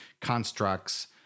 constructs